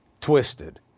twisted